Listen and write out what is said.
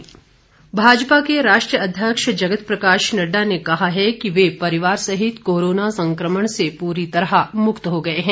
नड्डा भाजपा के राष्ट्रीय अध्यक्ष जगत प्रकाश नडुा ने कहा है कि वह परिवार सहित कोरोना संक्रमण से पूरी तरह मुक्त हो गये हैं